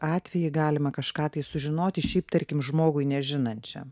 atvejį galima kažką tai sužinoti šiaip tarkim žmogui nežinančiam